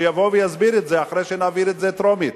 שיבוא ויסביר את זה אחרי שנעביר את זה בטרומית.